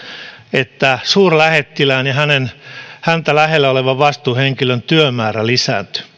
että suurlähettilään ja häntä lähellä olevan vastuuhenkilön työmäärä lisääntyi